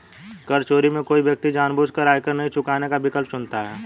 कर चोरी में कोई व्यक्ति जानबूझकर आयकर नहीं चुकाने का विकल्प चुनता है